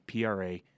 PRA